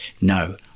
no